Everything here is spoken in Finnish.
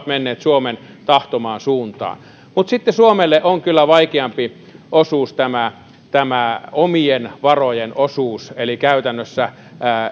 menneet suomen tahtomaan suuntaan mutta sitten suomelle on kyllä vaikeampi osuus tämä tämä omien varojen osuus eli käytännössä